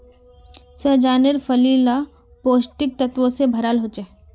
सह्जानेर फली ला पौष्टिक तत्वों से भराल होचे